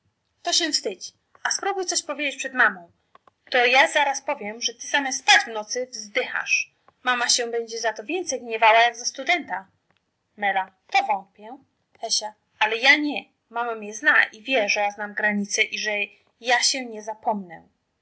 to się wstydź a sprobuj co powiedzieć przed mamą to ja zaraz powiem że ty zamiast spać w nocy wzdychasz mama się będzie za to więcej gniewała jak za studenta to wątpię ale ja nie mama mnie zna i wie że ja znam granice i że ja się nie zapomnę